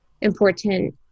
important